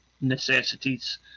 necessities